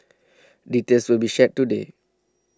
details will be shared today